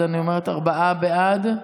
אז אני אומרת: ארבעה בעד,